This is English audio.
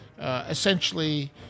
Essentially